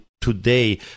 today